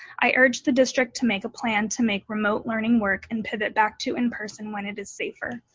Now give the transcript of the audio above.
i urge the district to make a plan to make remote learning work and pivot back to in-person when it is safer.